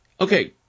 Okay